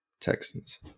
Texans